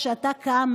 כשאתה קם,